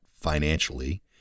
financially